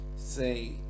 say